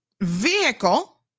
vehicle